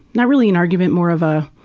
not really an argument, more of a